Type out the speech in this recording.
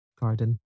garden